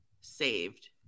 saved